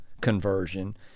Conversion